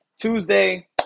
Tuesday